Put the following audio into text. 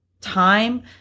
time